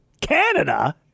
Canada